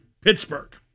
Pittsburgh